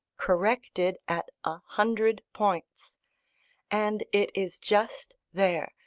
corrected, at a hundred points and it is just there,